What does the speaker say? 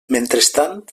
mentrestant